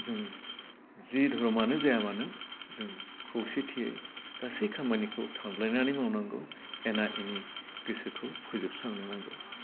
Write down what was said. जों जि धोरोमानो जाया मानो जों खौसेथियै गासै खामानिखौ सानलायनानै मावनांगौ एना एनि गोसोखौ फोजोबस्रांनो नांगौ